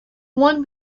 won